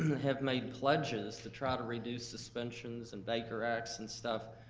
have made pledges to try to reduce suspensions and baker acts and stuff.